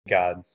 God